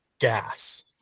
gas